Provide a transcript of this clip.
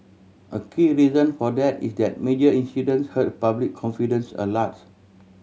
a key reason for that is that major incidents hurt public confidence a lot